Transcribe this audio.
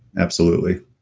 absolutely.